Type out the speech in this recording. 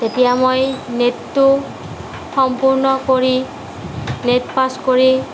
তেতিয়া মই নেটটো সম্পূৰ্ণ কৰি নেট পাছ কৰি